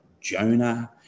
Jonah